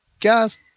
guys